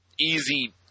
easy